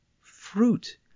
fruit